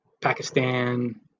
Pakistan